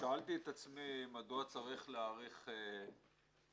שאלתי את עצמי מדוע צריך להאריך את